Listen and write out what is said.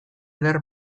eder